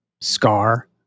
Scar